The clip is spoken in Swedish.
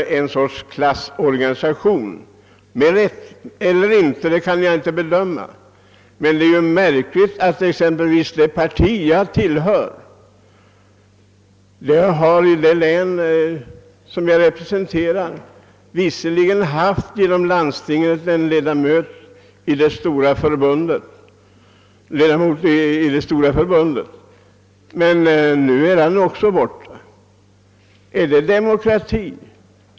Dessa människor uppfattar — med rätta eller inte; det kan jag inte bedöma — jägarnas organisation som ett slags klassorganisation. Det parti jag tillhör har i det län jag representerar genom landstinget visserligen haft en ledamot i Svenska jägareförbundet, men nu är han också borta. Jag finner detta märkligt. är det demokrati?